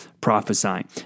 prophesying